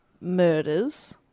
Murders